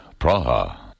Praha